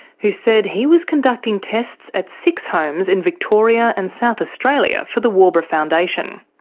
who said he was conducting tests at six homes in victoria and south australia for the waubra foundation.